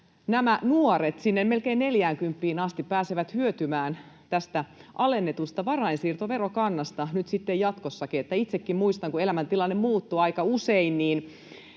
neljäänkymppiin asti pääsevät hyötymään tästä alennetusta varainsiirtoverokannasta nyt sitten jatkossakin. Itsekin muistan, että kun elämäntilanne muuttui aika usein,